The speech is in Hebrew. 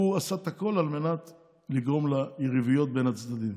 הוא עשה את הכול על מנת לגרום ליריבויות בין הצדדים.